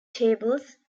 tables